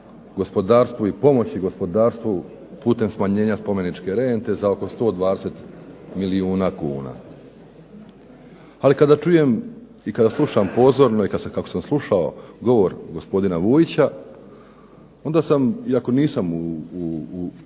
gospodarstvu i pomoći gospodarstvu putem smanjenja spomeničke rente za oko 120 milijuna kuna. Ali kada čujem i kada slušam pozorno i kako sam slušao govor gospodin Vujića, onda sam iako nisam u